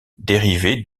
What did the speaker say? dérivé